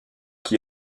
qui